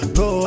go